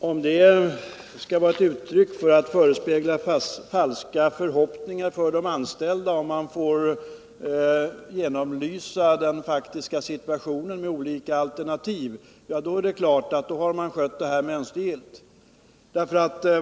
Herr talman! Om det skall vara ett uttryck för att inge de anställda falska förhoppningar om att den faktiska situationen får genomlysas med olika alternativ, så har det här skötts mönstergillt.